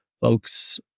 folks